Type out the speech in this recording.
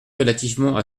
relativement